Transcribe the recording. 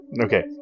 Okay